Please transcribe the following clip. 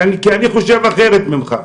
כי אני חושב אחרת ממך,